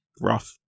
Rough